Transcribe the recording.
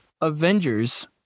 Avengers